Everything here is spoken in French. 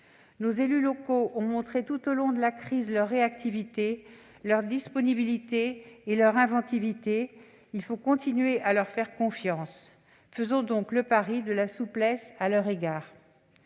Nos élus locaux ont montré tout au long de la crise leur réactivité, leur disponibilité et leur inventivité : il faut continuer à leur faire confiance. Faisons donc le pari de la souplesse à leur égard.